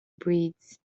breeds